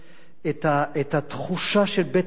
את התחושה של בית-מטבחיים